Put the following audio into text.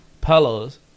pillows